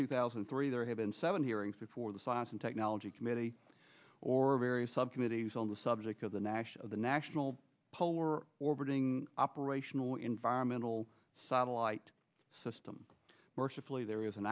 two thousand and three there have been seven hearings before the science and technology committee or various subcommittees on the subject of the national the national poll or orbiting operational environmental satellite system mercifully there is an